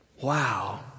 Wow